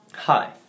Hi